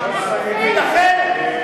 אולי תדבר על בנק ישראל.